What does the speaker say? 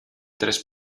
tres